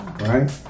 right